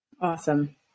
Awesome